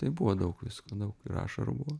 tai buvo daug visko daug ir ašarų buvo